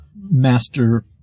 master